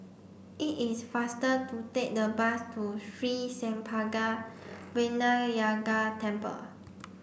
it is faster to take the bus to Sri Senpaga Vinayagar Temple